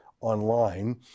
online